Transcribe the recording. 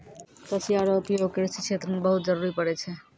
कचिया रो उपयोग कृषि क्षेत्र मे बहुत जरुरी पड़ै छै